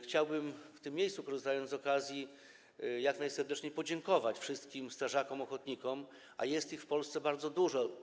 Chciałbym w tym miejscu, korzystając z okazji, jak najserdeczniej podziękować wszystkim strażakom ochotnikom, a jest ich w Polsce bardzo dużo.